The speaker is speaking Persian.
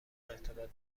ارتباط